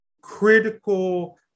critical